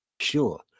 Sure